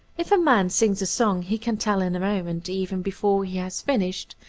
if a man sings a song he can tell in a moment, even before he has finished,